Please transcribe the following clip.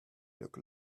look